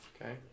Okay